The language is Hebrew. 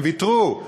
הם ויתרו,